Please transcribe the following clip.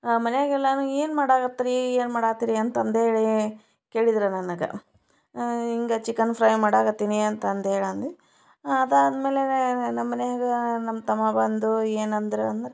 ಮನೆಯಾಗೆಲ್ಲಾನು ಏನನು ಮಾಡಾಕತ್ತೀರಿ ಏನು ಮಾಡಾಕತ್ತೀರಿ ಅಂತಂದೇಳಿ ಕೇಳಿದ್ರು ನನಗೆ ಹಿಂಗೆ ಚಿಕನ್ ಫ್ರೈ ಮಾಡೋಕತ್ತಿನಿ ಅಂತಂದೇಳಿ ಅಂದೆ ಅದಾದಮೇಲೆ ನಮ್ಮನ್ಯಾಗೆ ನಮ್ಮ ತಮ್ಮ ಬಂದು ಏನಂದ್ರಂದ್ರೆ